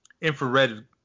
infrared